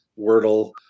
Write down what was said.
wordle